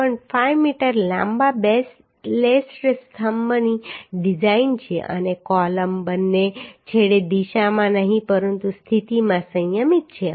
5 metre લાંબા laced સ્તંભની design છે અને કૉલમ બંને છેડે દિશામાં નહીં પરંતુ સ્થિતિમાં સંયમિત છે